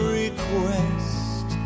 request